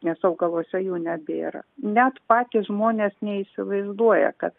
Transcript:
nes augaluose jų nebėra net patys žmonės neįsivaizduoja kad